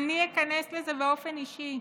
אני איכנס לזה באופן אישי,